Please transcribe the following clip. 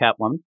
Catwoman